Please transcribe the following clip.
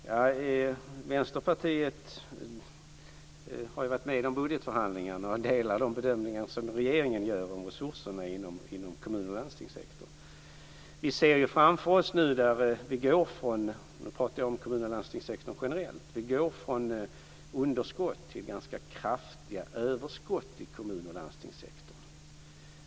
Vänsterpartiet har ju varit med om budgetförhandlingarna och delar de bedömningar som regeringen gör om resurserna inom kommun och landstingssektorn. Nu går vi från underskott till ganska kraftiga överskott i kommun och landstingssektorn, och då pratar jag om kommun och landstingssektorn generellt.